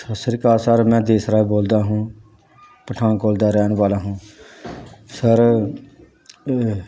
ਸਤਿ ਸ਼੍ਰੀ ਅਕਾਲ ਸਰ ਮੈਂ ਦੇਸਰਾਏ ਬੋਲਦਾ ਹੂੰ ਪਠਾਨਕੋਟ ਦਾ ਰਹਿਣ ਵਾਲਾ ਹੂੰ ਸਰ